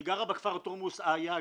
היא גרה בכפר תורמוס עיא.